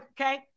okay